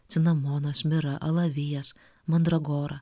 cinamonas mira alavijas mandragora